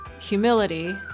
humility